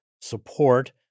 support